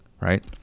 right